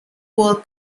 poorly